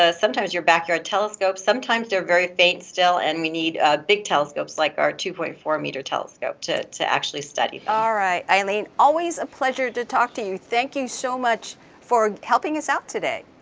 ah sometimes your backyard telescope, sometimes they're very faint still and we need big telescopes like our two point four meter telescope to to actually study. alright eilene, always a pleasure to talk to you. thank you so much for helping us out today.